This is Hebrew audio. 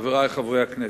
חברי חברי הכנסת,